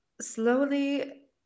slowly